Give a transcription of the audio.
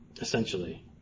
essentially